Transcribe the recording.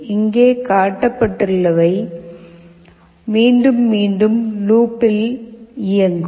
இங்கே காட்டப்பட்டுள்ளவை மீண்டும் மீண்டும் லூப்பில் இயங்கும்